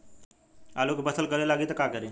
आलू के फ़सल गले लागी त का करी?